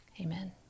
Amen